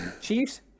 Chiefs